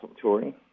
touring